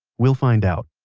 we'll find out,